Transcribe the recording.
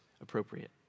appropriate